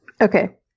Okay